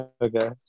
Okay